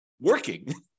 working